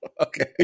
Okay